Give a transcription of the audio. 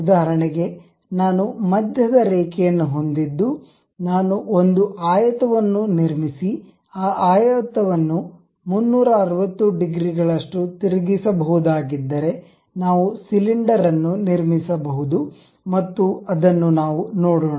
ಉದಾಹರಣೆಗೆ ನಾನು ಮಧ್ಯದ ರೇಖೆಯನ್ನು ಹೊಂದಿದ್ದು ನಾನು ಒಂದು ಆಯತವನ್ನು ನಿರ್ಮಿಸಿ ಆ ಆಯತವನ್ನು 360 ಡಿಗ್ರಿಗಳಷ್ಟು ತಿರುಗಿಸಬಹುದಾಗಿದ್ದರೆ ನಾವು ಸಿಲಿಂಡರ್ ಅನ್ನು ನಿರ್ಮಿಸಬಹುದು ಮತ್ತು ಅದನ್ನು ನಾವು ನೋಡೋಣ